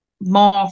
more